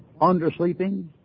undersleeping